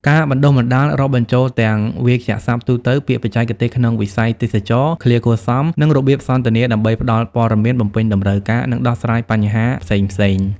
ការបណ្តុះបណ្តាលរាប់បញ្ចូលទាំងវាក្យសព្ទទូទៅ ពាក្យបច្ចេកទេសក្នុងវិស័យទេសចរណ៍ ឃ្លាគួរសម និងរបៀបសន្ទនាដើម្បីផ្តល់ព័ត៌មាន បំពេញតម្រូវការ និងដោះស្រាយបញ្ហាផ្សេងៗ។